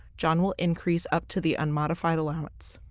john will increase up to the unmodified allowance.